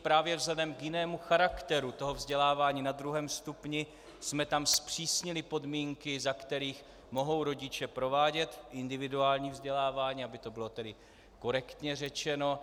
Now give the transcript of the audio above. Právě vzhledem k jinému charakteru toho vzdělávání na druhém stupni jsme tam zpřísnili podmínky, za kterých mohou rodiče provádět individuální vzdělávání, aby to bylo tedy korektně řečeno.